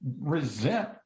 resent